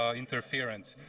um interference.